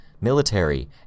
military